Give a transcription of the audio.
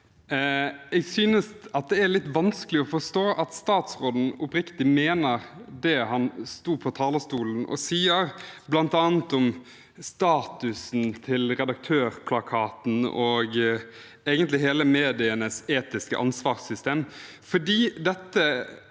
jeg synes det er litt vanskelig å forstå at statsråden oppriktig mener det han sto på talerstolen og sa, bl.a. om statusen til Redaktørplakaten og egentlig alt det som er medienes etiske ansvarssystem.